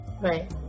Right